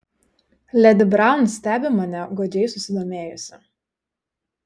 ledi braun stebi mane godžiai susidomėjusi